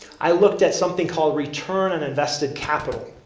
i looked at something called return on invested capital.